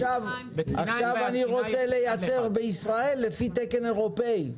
עכשיו אני רוצה לייצר בישראל לפי תקן אירופאי,